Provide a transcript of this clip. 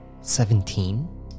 Seventeen